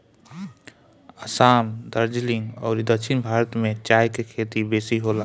असाम, दार्जलिंग अउरी दक्षिण भारत में चाय के खेती बेसी होला